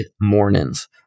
mornings